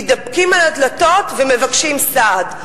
מתדפקים על הדלתות ומבקשים סעד.